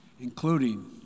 including